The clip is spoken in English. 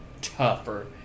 tougher